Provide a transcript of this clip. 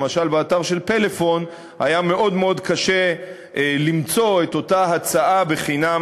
למשל באתר של "פלאפון" היה מאוד מאוד קשה למצוא את אותה הצעה חינם,